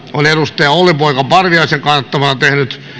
on olli poika parviaisen kannattamana tehnyt